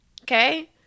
Okay